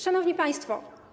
Szanowni Państwo!